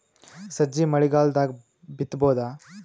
ಸಜ್ಜಿ ಮಳಿಗಾಲ್ ದಾಗ್ ಬಿತಬೋದ?